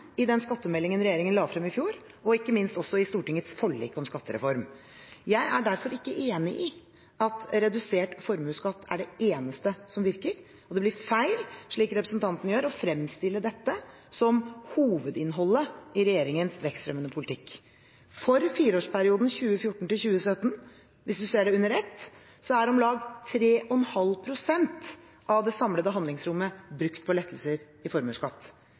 i den skattemeldingen regjeringen la frem i fjor, og ikke minst også i Stortingets forlik om skattereform. Jeg er derfor ikke enig i at redusert formuesskatt er det eneste som virker, og det blir feil, slik representanten gjør, å fremstille dette som hovedinnholdet i regjeringens vekstfremmende politikk. For fireårsperioden 2014–2017 – hvis man ser det under ett – er om lag 3,5 pst. av det samlede handlingsrommet brukt på lettelser i formuesskatt.